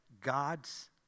God's